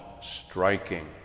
striking